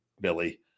Billy